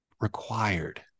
required